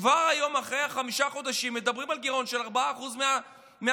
כבר היום אחרי חמישה חודשים מדברים על גירעון של 4% מהתוצר.